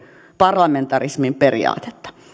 parlamentarismin periaatetta